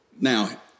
Now